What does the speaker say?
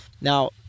Now